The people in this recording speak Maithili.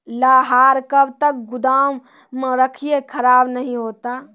लहार कब तक गुदाम मे रखिए खराब नहीं होता?